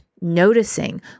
noticing